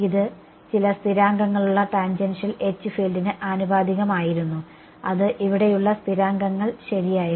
ഇത് ചില സ്ഥിരാങ്കങ്ങളുള്ള ടാൻജെൻഷ്യൽ H ഫീൽഡിന് ആനുപാതികമായിരുന്നു അത് ഇവിടെയുള്ള സ്ഥിരാങ്കങ്ങൾ ശരിയായിരുന്നു